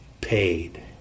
paid